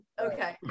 Okay